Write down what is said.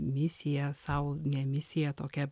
misiją sau ne misiją tokią